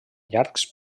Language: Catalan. llargs